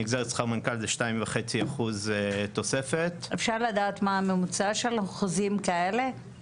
נגזרת שכר מנכ"ל זה 2.5% תוספת -- אפשר לדעת מה הממוצע של חוזים כאלה?